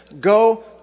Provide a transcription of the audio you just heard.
go